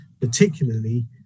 particularly